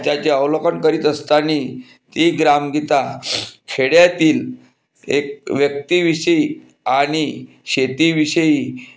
त्याचे अवलोकन करीत असताना ती ग्रामगीता खेड्यातील एक व्यक्तीविषयी आणि शेतीविषयी